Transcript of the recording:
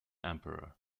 emperor